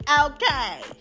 okay